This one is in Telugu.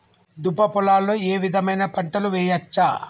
దుబ్బ పొలాల్లో ఏ విధమైన పంటలు వేయచ్చా?